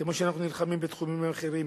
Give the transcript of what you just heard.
כמו שאנחנו נלחמים בתחומים אחרים,